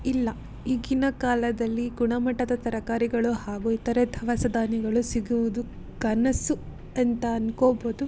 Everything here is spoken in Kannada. ಇಲ್ಲ ಈಗಿನ ಕಾಲದಲ್ಲಿ ಗುಣಮಟ್ಟದ ತರಕಾರಿಗಳು ಹಾಗು ಇತರೆ ದವಸ ಧಾನ್ಯಗಳು ಸಿಗುವುದು ಕನಸು ಅಂತ ಅನ್ಕೋಬೋದು